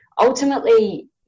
ultimately